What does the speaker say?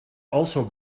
also